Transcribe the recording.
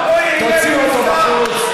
תוציאו אותו בחוץ.